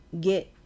get